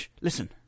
Listen